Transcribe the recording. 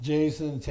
Jason